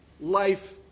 life